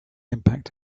impact